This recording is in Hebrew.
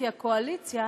כי הקואליציה